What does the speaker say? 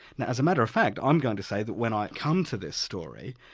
now as a matter of fact, i'm going to say that when i come to this story,